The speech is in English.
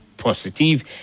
Positive